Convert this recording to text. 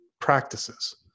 practices